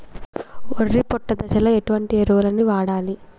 వరి పొట్ట దశలో ఎలాంటి ఎరువును వాడాలి?